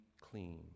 clean